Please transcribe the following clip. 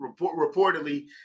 reportedly